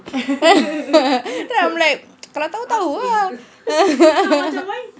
then I'm like kalau tahu tahu lah